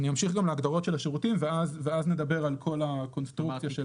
אמשיך גם להגדרות של השירותים ואז נדבר על כל הקונסטרוקציה של ה